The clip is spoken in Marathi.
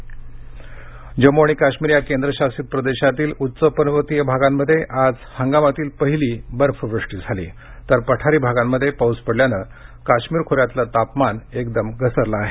बर्फ जम्मू आणि काश्मीर या केंद्रशासित प्रदेशातील उंच पर्वतीय भागांमध्ये आज या हंगामातील पहिली बर्फवृष्टि झाली तर पठारी भागांमध्ये पाऊस पडल्यानं काश्मीर खोऱ्यातील तापमान एकदम घसरलं आहे